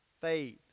Faith